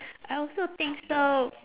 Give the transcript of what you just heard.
I also think so